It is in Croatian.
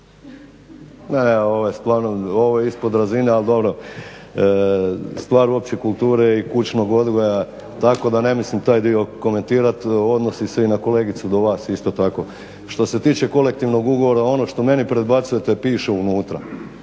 čuje./… Ovo je ispod razine ali dobro, stvar opće kulture i kućnog odgoja tako da ne mislim taj dio komentirat. Odnosi se na i kolegicu do vas isto tako. Što se tiče kolektivnoga ugovora, ono što meni predbacujete piše unutra.